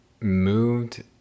moved